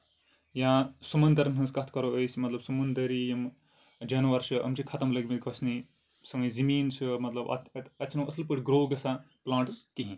یا سمنٛدرَن ٕنٛز کَتھ کَرو أسۍ مطلب سمنٛدری یِم جاناوار چھِ أمۍ چھِ ختم لٔگمٕتۍ گژھٕنۍ سٲنۍ زٔمیٖن چھُ مطلب اَتھ چھُ نہٕ اَصٕل پٲٹھۍ گروو گژھان پٔلنٛٹٕس کِہینۍ